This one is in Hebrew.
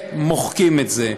ומוחקים את זה.